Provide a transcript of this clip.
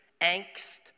angst